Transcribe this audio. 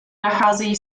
nacházejí